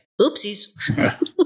Oopsies